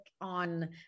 on